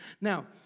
Now